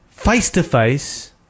Face-to-face